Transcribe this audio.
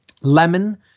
lemon